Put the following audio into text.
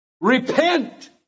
repent